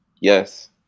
yes